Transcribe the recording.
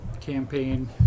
campaign